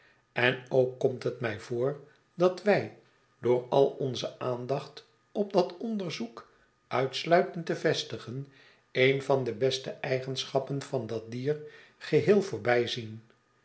en ook komt het mij voor dat wij door al onze aandacht op dat onderzoek uitsluitend te vestigen een van de beste eigenschappen van dat dier geheel voorbijzien